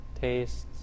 tastes